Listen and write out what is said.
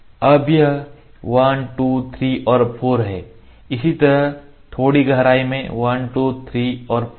अब यह 1 2 3 और 4 है इसी तरह थोड़ी गहराई में 1 2 3 और 4 है